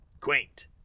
quaint